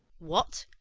what,